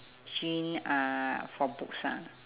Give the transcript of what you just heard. gen~ ah for books ah